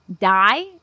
die